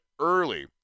early